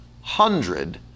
hundred